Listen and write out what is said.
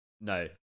No